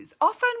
Often